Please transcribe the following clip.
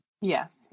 Yes